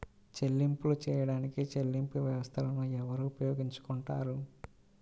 చెల్లింపులు చేయడానికి చెల్లింపు వ్యవస్థలను ఎవరు ఉపయోగించుకొంటారు?